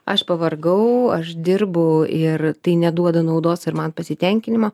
aš pavargau aš dirbu ir tai neduoda naudos ir man pasitenkinimo